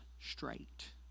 straight